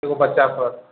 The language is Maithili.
एगो बच्चा पर